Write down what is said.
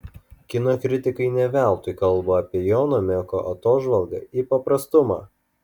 kino kritikai ne veltui kalba apie jono meko atožvalgą į paprastumą